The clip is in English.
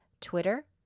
Twitter